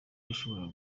yashoboraga